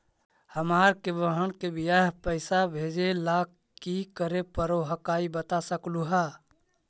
हमार के बह्र के बियाह के पैसा भेजे ला की करे परो हकाई बता सकलुहा?